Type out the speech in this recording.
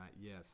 Yes